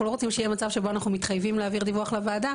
לא רוצים שיהיה מצב שבו אנחנו מתחייבים להעביר דיווח לוועדה